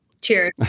Cheers